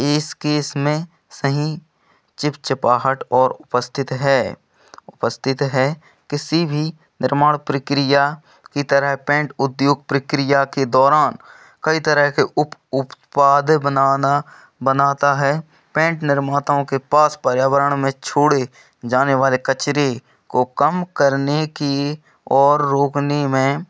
इस केस में सहीं चिपचिपाहट और उपस्थित है उपस्थित है किसी भी निर्माण प्रक्रिया की तरह पेंट उद्योग प्रक्रिया के दौरान कई तरह के उप उत्पाद बनाना बनाता है पेंट निर्माताओं के पास पर्यावरण में छोड़ें जाने वाले कचरे को कम करने की और रोकने में